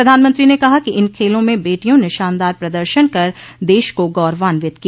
प्रधानमंत्री ने कहा कि इन खेलों में बेटियों ने शानदार प्रदर्शन कर देश को गौरवान्वित किया